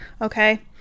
Okay